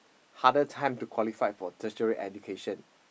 harder to qualified for tertiary education